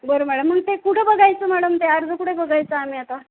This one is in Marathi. बरं मॅडम मग ते कुठे बघायचं मॅडम ते अर्ज कुठे बघायचं आम्ही आता